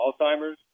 Alzheimer's